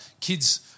kids